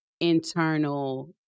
internal